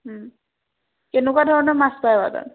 কেনেকুৱা ধৰণৰ মাছ পায় বাৰু তাত